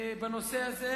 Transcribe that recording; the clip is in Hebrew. בנושא הזה,